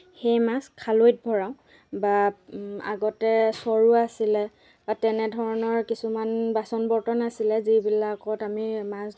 এই খৈল নামৰ আধাৰটো পুখুৰীত পোনা মাছক খুওঁৱা হয় আৰু মাজে মাজে ইউৰিয়া সাৰো দিয়ে মই জনা মতে ইউৰিয়া সাৰো দিয়ে তাৰ পিছত